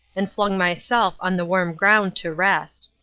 and flung myself on the warm ground to rest.